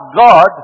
God